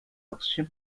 oxygen